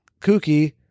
kooky